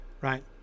right